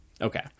okay